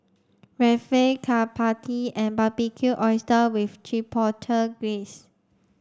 Rapchae Chapati and Barbecued Oysters with Chipotle Glaze